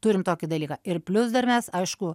turim tokį dalyką ir plius dar mes aišku